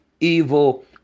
evil